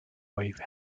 wave